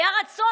היה רצון.